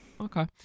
Okay